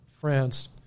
France